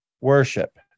worship